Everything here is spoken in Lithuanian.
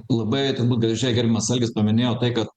labai turbūt gražiai gerbiamas algis paminėjo tai kad